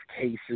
cases